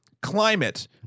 climate